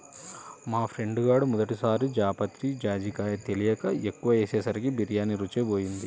మా ఫ్రెండు గాడు మొదటి సారి జాపత్రి, జాజికాయ తెలియక ఎక్కువ ఏసేసరికి బిర్యానీ రుచే బోయింది